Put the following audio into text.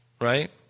right